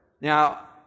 Now